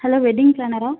hello wedding பிளானரா